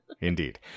Indeed